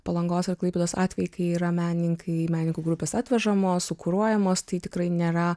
palangos ir klaipėdos atvejai kai yra menininkai medikų grupės atvežamos sukuruojamos tai tikrai nėra